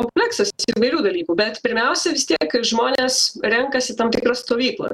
kompleksas įvairių dalykų bet pirmiausia vis tiek žmonės renkasi tam tikrą stovyklą